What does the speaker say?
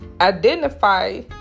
Identify